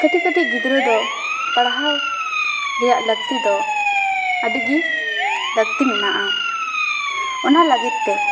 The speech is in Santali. ᱠᱟᱹᱴᱤᱡ ᱠᱟᱹᱴᱤᱡ ᱜᱤᱫᱽᱨᱟᱹ ᱫᱚ ᱯᱟᱲᱦᱟᱣ ᱨᱮᱭᱟᱜ ᱞᱟᱹᱠᱛᱤ ᱫᱚ ᱟᱹᱰᱤᱜᱮ ᱞᱟᱹᱠᱛᱤ ᱢᱮᱱᱟᱜᱼᱟ ᱚᱱᱟ ᱞᱟᱹᱜᱤᱫ ᱛᱮ